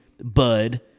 bud